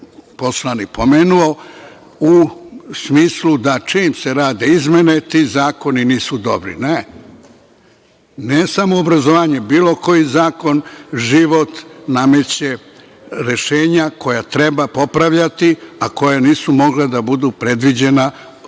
poslanik pomenuo, u smislu da, čim se rade izmene, ti zakoni nisu dobri. Ne, ne samo obrazovanje, bilo koji zakon, život nameće rešenja koja treba popravljati, a koja nisu mogla da budu predviđena u